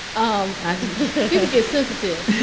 um people get sensitive